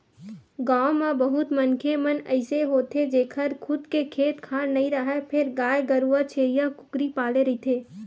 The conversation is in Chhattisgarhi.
गाँव म बहुत मनखे मन अइसे होथे जेखर खुद के खेत खार नइ राहय फेर गाय गरूवा छेरीया, कुकरी पाले रहिथे